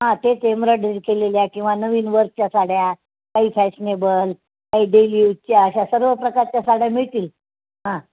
हां तेच एम्ब्रॉयडरी केलेल्या किंवा नवीन वर्कच्या साड्या काही फॅशनेबल काही डेली युजच्या अशा सर्व प्रकारच्या साड्या मिळतील हां